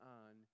on